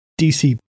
DC